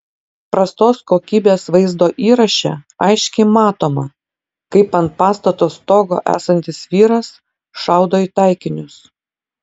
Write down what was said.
prastos kokybės vaizdo įraše aiškiai matoma kaip ant pastato stogo esantis vyras šaudo į taikinius